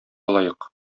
лаек